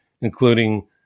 including